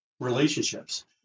relationships